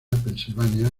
pensilvania